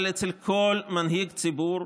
אבל אצל כל מנהיג ציבור,